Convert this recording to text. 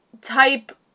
type